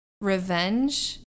revenge